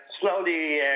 slowly